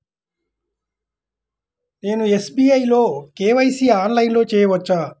నేను ఎస్.బీ.ఐ లో కే.వై.సి ఆన్లైన్లో చేయవచ్చా?